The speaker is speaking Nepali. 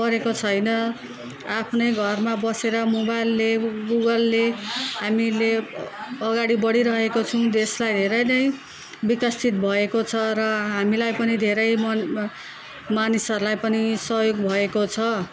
परेको छैन आफ्नै घरमा बसेर मोबाइलले गुगलले हामीहरूले अगाडि बढिरहेको छौँ देशलाई धेरै नै विकसित भएको छ र हामीलाई पनि धेरै मन मानिसहरूलाई पनि सहयोग भएको छ